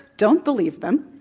don't believe them.